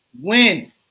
win